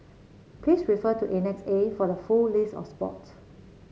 please refer to Annex A for the full list of sport